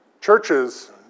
Churches